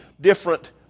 different